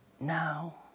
now